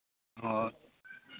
ᱦᱳᱭ